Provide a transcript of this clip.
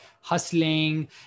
hustling